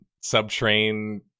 sub-train